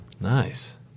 Nice